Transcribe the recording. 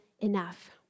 enough